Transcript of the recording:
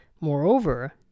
Moreover